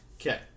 okay